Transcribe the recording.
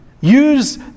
Use